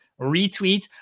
retweet